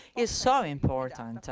is so important.